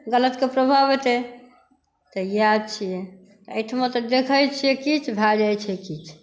गलतके प्रभाव हेतै तऽ इएह छियै एहिठमा तऽ देखै छियै किछु भए जाय छै किछु